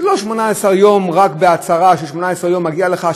זה לא 18 יום רק בהצהרה ש-18 יום מגיע לך,